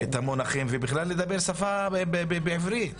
ובכלל להצליח לדבר בעברית.